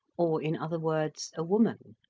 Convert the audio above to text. or, in other words, a woman.